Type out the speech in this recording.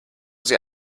sie